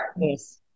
yes